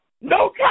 No